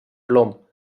plom